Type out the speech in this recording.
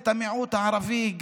את המיעוט הערבי,